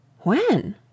When